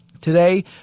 Today